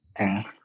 okay